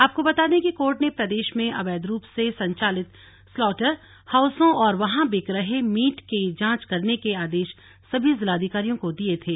आपको बता दें कि कोर्ट ने प्रदेश में अवैध रूप से संचालित स्लॉटर हाउसों और वहां बिक रहे मीट की जांच करने के आदेश सभी जिलाधिकारियों को दिए थे